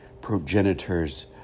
progenitors